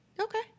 Okay